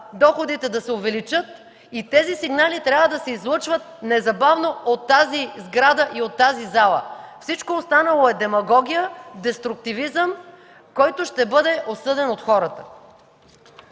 доходите да се увеличат. И тези сигнали трябва да се излъчват незабавно от тази сграда и от тази зала. Всичко останало е демагогия, деструктивизъм, който ще бъде осъден от хората.